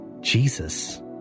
Jesus